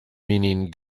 meaning